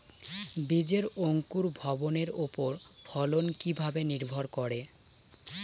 বীজের অঙ্কুর ভবনের ওপর ফলন কিভাবে নির্ভর করে?